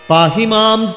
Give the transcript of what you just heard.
Pahimam